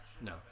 No